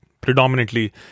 predominantly